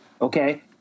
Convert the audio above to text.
okay